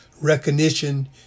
recognition